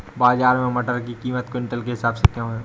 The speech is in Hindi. बाजार में मटर की कीमत क्विंटल के हिसाब से क्यो है?